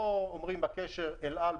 לא אומרים בקשר: אל-על,